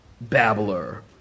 babbler